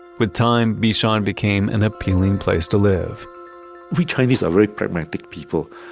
with time, bishan became an appealing place to live we chinese are very pragmatic people.